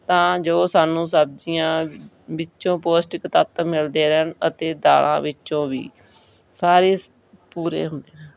ਤਾਂ ਜੋ ਸਾਨੂੰ ਸਬਜ਼ੀਆਂ ਵਿੱਚੋਂ ਪੋਸ਼ਟਿਕ ਤੱਤ ਮਿਲਦੇ ਰਹਿਣ ਅਤੇ ਦਾਲਾਂ ਵਿੱਚੋਂ ਵੀ ਸਾਰੇ ਪੂਰੇ ਹੁੰਦੇ ਆ